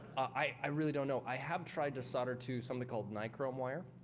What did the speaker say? i i really don't know. i have tried to solder to something called nichrome wire.